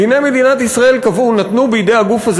דיני מדינת ישראל נתנו בידי הגוף הזה